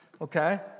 Okay